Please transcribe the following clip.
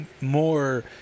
More